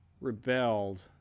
rebelled